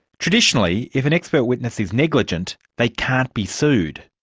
traditionally, if an expert witness is negligent, they can't be sued,